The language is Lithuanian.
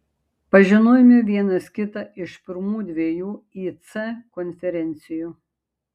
pažinojome vienas kitą iš pirmų dviejų ic konferencijų